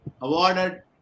awarded